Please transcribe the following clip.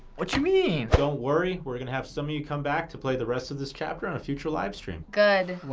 what you mean? don't worry. we're gonna have some of you come back to play the rest of this chapter on a future livestream. good.